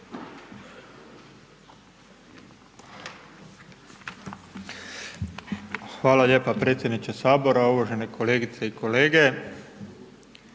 Hvala lijepo potpredsjedniče Sabora, uvažene kolegice i kolege,